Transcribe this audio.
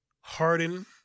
Harden